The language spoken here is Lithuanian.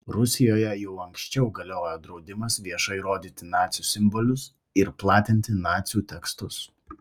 rusijoje jau anksčiau galiojo draudimas viešai rodyti nacių simbolius ir platinti nacių tekstus